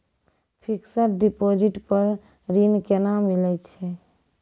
Fixed deposit पर ऋण केना मिलै छै?